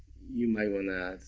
you might wanna